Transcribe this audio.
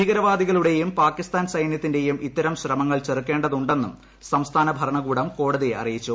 ഭീകരവാദികളുടെയും പാകിസ്ഥാൻ സൈനൃത്തിന്റെയും ഇത്തരം ശ്രമങ്ങൾ ചെറുക്കേണ്ടതുണ്ടെന്നും സംസ്ഥാന ഭരണകൂടം കോടതിയെ അറിയിച്ചു